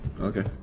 okay